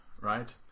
right